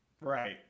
Right